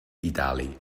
dalu